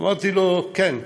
אמרתי לו: כן.